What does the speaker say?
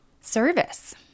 Service